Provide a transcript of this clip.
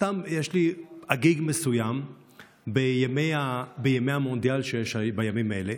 סתם יש לי הגיג מסוים בימי המונדיאל שיש בימים האלה,